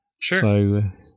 sure